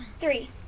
Three